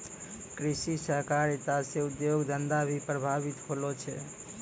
कृषि सहकारिता से उद्योग धंधा भी प्रभावित होलो छै